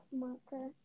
marker